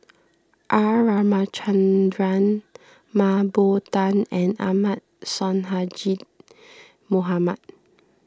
R Ramachandran Mah Bow Tan and Ahmad Sonhadji Mohamad